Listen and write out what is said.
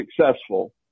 successful –